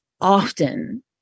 often